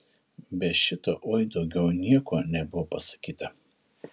be šito oi daugiau nieko nebuvo pasakyta